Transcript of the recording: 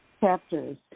chapters